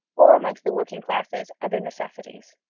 or, amongst the working classes, other necessities.